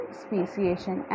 speciation